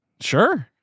Sure